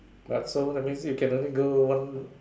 what so that means you can only go one